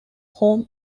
home